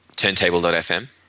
Turntable.fm